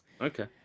Okay